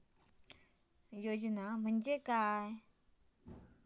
योजना म्हटल्या काय?